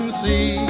see